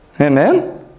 Amen